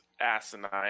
asinine